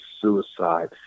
suicide